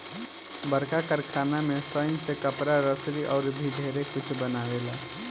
बड़का कारखाना में सनइ से कपड़ा, रसरी अउर भी ढेरे कुछ बनावेला